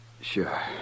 Sure